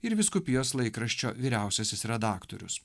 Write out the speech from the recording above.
ir vyskupijos laikraščio vyriausiasis redaktorius